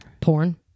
Porn